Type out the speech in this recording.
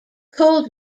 cold